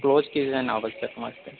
close किजन् आवश्यकमस्ति